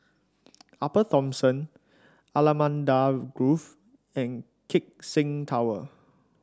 Upper Thomson Allamanda Grove and Keck Seng Tower